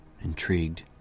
Intrigued